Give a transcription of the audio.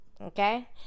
okay